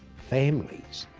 families